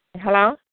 Hello